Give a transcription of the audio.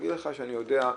להגיד לך שאני יודע?